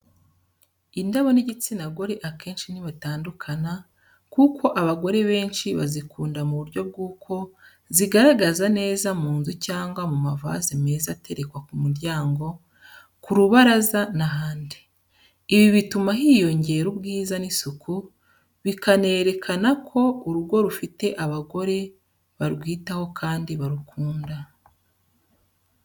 Indabo n’igitsina gore akenshi ntibitandukana, kuko abagore benshi bazikunda mu buryo bw’uko zigaragaza neza mu nzu cyangwa mu mavaze meza aterekwa ku muryango, ku rubaraza n’ahandi. Ibi bituma hiyongera ubwiza n’isuku, bikanerekana ko urugo rufite abagore barwitaho kandi barukunda.